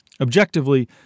Objectively